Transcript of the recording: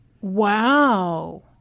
Wow